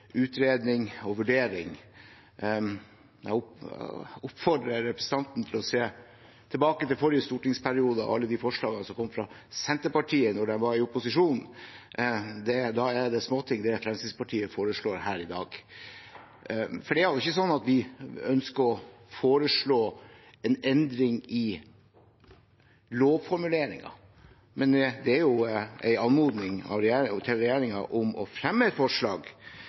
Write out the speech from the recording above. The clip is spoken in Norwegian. utredning og vurdering. Jeg oppfordrer representanten til å se tilbake til forrige stortingsperiode og alle de forslagene som kom fra Senterpartiet når de var i opposisjon. Da er det småting, det Fremskrittspartiet foreslår her i dag. For det er ikke sånn at vi ønsker å foreslå en endring i lovformuleringen, det er en anmodning til regjeringen om å fremme et forslag